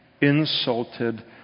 insulted